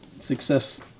success